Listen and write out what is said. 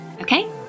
Okay